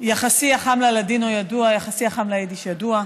יחסי החם ללדינו ידוע, יחסי החם ליידיש ידוע,